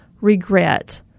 regret